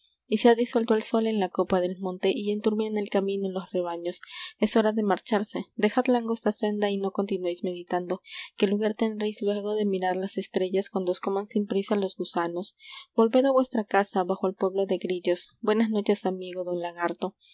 se ha disuelto el sol en la copa del monte y enturbian el camino los rebaños es hora de marcharse dejad la angosta senda y no continuéis meditando que lugar tendréis luego de mirar las estrellas cuando os coman sin prisa los gusanos volved a vuestra casa bajo el pueblo de grillos buenas noches amigo don lagarto